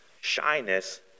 shyness